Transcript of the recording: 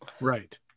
right